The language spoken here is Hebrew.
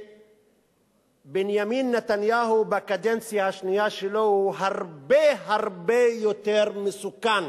שבנימין נתניהו בקדנציה השנייה שלו הוא הרבה הרבה יותר מסוכן